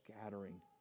scattering